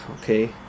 Okay